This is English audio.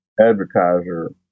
Advertiser